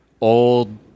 old